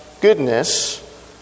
goodness